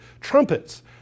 trumpets